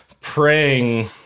praying